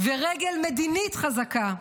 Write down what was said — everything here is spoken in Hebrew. ורגל מדינית חזקה,